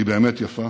היא באמת יפה,